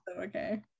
Okay